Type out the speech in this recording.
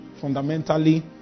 fundamentally